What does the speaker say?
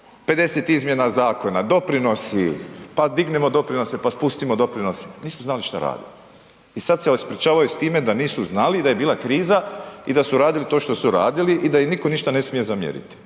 50 izmjena zakona, doprinosi, pa dignimo doprinose pa spustimo doprinose, nisu znali šta rade i sad se ispričavaju s time da nisu znali i da je bila kriza i da su radili to što su radili i da im nitko ništa ne smije zamjeriti